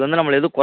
ஆ சரிங்க